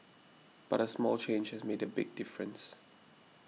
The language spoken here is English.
but a small change has made a big difference